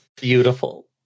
Beautiful